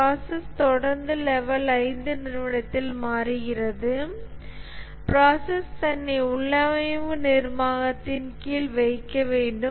process தொடர்ந்து level 5 நிறுவனத்தில் மாறுகிறது ப்ராசஸ் தன்னை உள்ளமைவு நிர்வாகத்தின் கீழ் வைக்க வேண்டும்